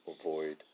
avoid